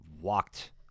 walked